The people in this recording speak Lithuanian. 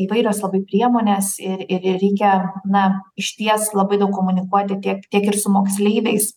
įvairios labai priemonės ir ir ir reikia na išties labai daug komunikuoti tiek tiek ir su moksleiviais